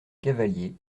cavalier